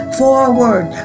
forward